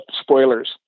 spoilers